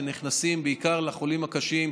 שנכנסים בעיקר לחולים הקשים,